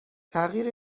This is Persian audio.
تغییر